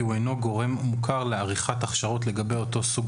כי הוא אינו גורם מוכר לעריכת הכשרות לגבי אותו סוג